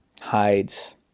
hides